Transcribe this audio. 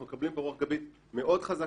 אנחנו מקבלים פה רוח גבית מאוד חזקה.